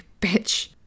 bitch